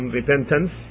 repentance